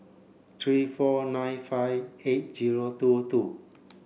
three four nine five eight zero two two